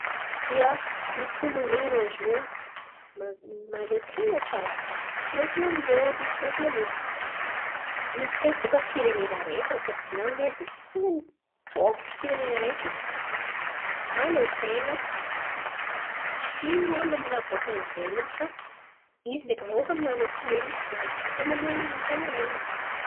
Ia, mitombony zen̈y anao ziô maz- mahaleo tain̈a tsara. Tsy miankina aminjôvy tsy miankina amin'olo. Intsaka eky baka firenena araiky raha tiàko volan̈iny edy. Ten̈any tôkotro firenena araiky mahaleo tain̈a. Tsy miambin̈y raha bòka ivelany fa izy ndreky vahoaka aminany ao fo zen̈y mahavita mamelon̈o tain̈anany.